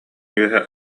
үөһэ